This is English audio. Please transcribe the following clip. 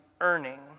earning